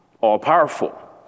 all-powerful